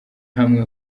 hamwe